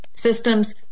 Systems